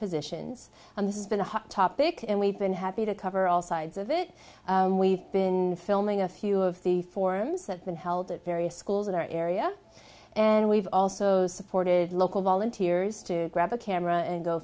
positions and this has been a hot topic and we've been happy to cover all sides of it we've been filming a few of the forums that been held at various schools in our area and we've also supported local volunteers to grab a camera and go